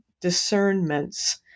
discernments